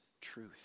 truth